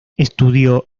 estudió